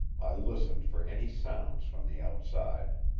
i listened for any sound from the outside.